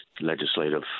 legislative